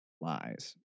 lies